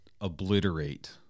obliterate